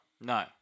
no